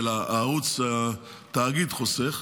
אלא התאגיד חוסך.